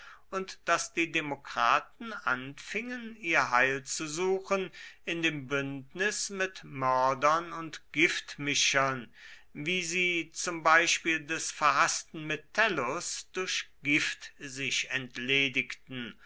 und daß die demokraten anfingen ihr heil zu suchen in dem bündnis mit mördern und giftmischern wie sie zum beispiel des verhaßten metellus durch gift sich entledigten